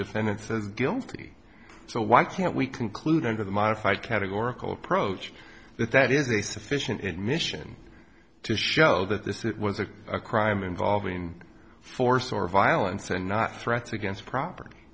defendant says guilty so why can't we conclude under the modified categorical approach that that is a sufficient admission to show that this it was a crime involving force or violence and not threats against property